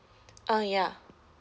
uh ya